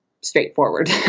straightforward